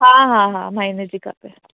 हा हा हा महीने जी खपे